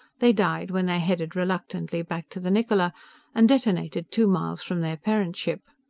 they died when they headed reluctantly back to the niccola and detonated two miles from their parent ship.